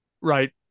Right